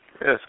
Yes